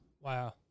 Wow